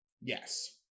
Yes